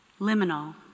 liminal